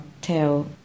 tell